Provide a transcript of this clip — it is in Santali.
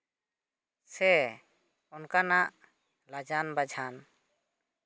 ᱥᱮ ᱚᱱᱠᱟᱱᱟᱜ ᱞᱟᱡᱟᱱ ᱵᱟᱡᱷᱟᱱ